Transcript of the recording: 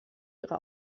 ihre